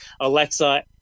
Alexa